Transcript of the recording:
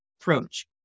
approach